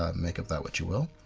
um make of that what you will.